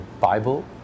Bible